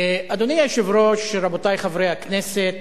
אדוני היושב-ראש, רבותי חברי הכנסת,